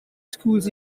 schools